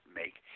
make